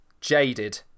jaded